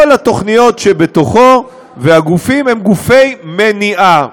כל התוכניות שבתוכו והגופים הם גופי מ-נ-י-ע-ה.